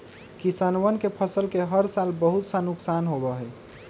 किसनवन के फसल के हर साल बहुत सा नुकसान होबा हई